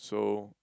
so